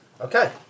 Okay